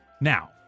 Now